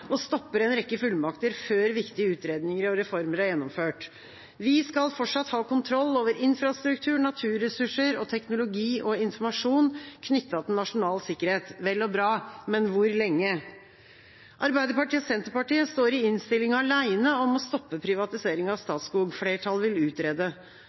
og stopper en rekke fullmakter før viktige utredninger og reformer er gjennomført.» Videre sa han: «Vi skal fortsatt ha kontroll over infrastruktur, naturressurser, og teknologi og informasjon knyttet til nasjonal sikkerhet.» Det er vel og bra, men hvor lenge? Arbeiderpartiet og Senterpartiet står i innstillinga alene om å stoppe privatiseringa av Statskog – flertallet vil utrede.